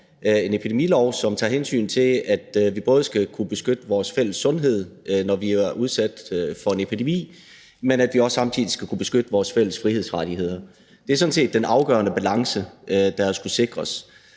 en epidemilov, som tager hensyn til, at vi både skal kunne beskytte vores fælles sundhed, når vi er udsat fra en epidemi, men at vi også samtidig skal kunne beskytte vores fælles frihedsrettigheder. Det er sådan set den afgørende balance, der skal sikres,